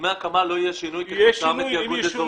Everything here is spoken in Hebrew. בדמי הקמה לא יהיה שינוי כי זה נמצא בתיאגוד אזורי.